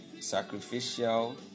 sacrificial